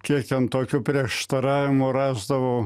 kiek ant tokio prieštaravimo rasdavau